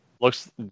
Looks